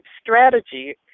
strategy